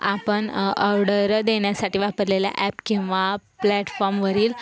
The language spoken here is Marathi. आपण ऑर्डर देण्यासाठी वापरलेल्या ॲप किंवा प्लॅटफॉर्मवरील